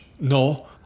no